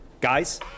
Guys